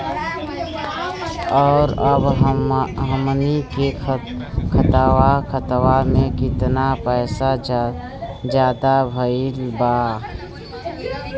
और अब हमनी के खतावा में कितना पैसा ज्यादा भईल बा?